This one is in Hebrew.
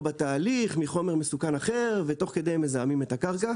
בתהליך מחומר מסוכן אחר ותוך כדי הם מזהמים את הקרקע.